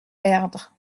erdre